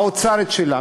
האוצר את שלו,